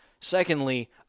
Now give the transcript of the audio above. Secondly